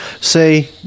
say